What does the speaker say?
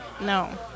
No